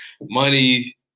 money –